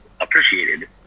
appreciated